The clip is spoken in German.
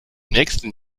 nächsten